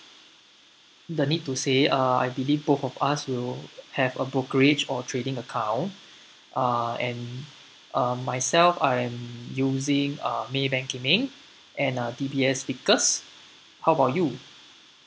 the need to say ah I believe both of us will have a brokerage or trading account uh and uh myself I'm using a maybank kim eng and D_B_S vickers how about you